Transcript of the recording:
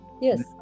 Yes